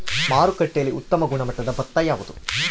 ಮಾರುಕಟ್ಟೆಯಲ್ಲಿ ಉತ್ತಮ ಗುಣಮಟ್ಟದ ಭತ್ತ ಯಾವುದು?